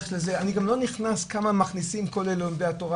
אני גם לא נכנס כמה מכניסים כל אלה עובדי התורה,